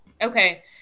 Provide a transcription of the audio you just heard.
Okay